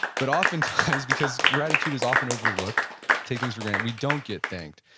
but oftentimes, because gratitude is often overlooked, we take things for granted, we don't get thanked.